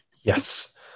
Yes